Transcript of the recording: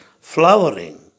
flowering